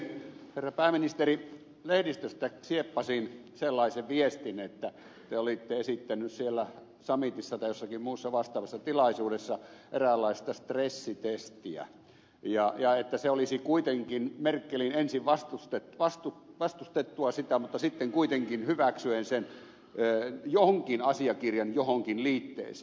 herra pääministeri lehdistöstä sieppasin sellaisen viestin että te olitte esittänyt siellä summitissa tai jossakin muussa vastaavassa tilaisuudessa eräänlaista stressitestiä ja että se olisi liitetty merkelin ensin vastustettua sitä mutta sitten kuitenkin hyväksyttyä sen jonkin asiakirjan johonkin liitteeseen